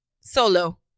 Solo